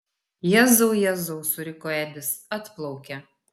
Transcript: jėzau jėzau suriko edis atplaukia